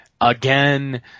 again